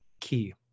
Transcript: key